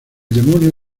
demonio